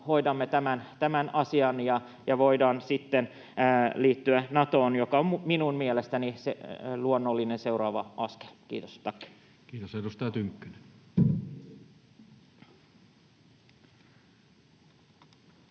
hoidamme tämän asian, ja voidaan sitten liittyä Natoon, joka on minun mielestäni se luonnollinen seuraava askel. — Kiitos, tack.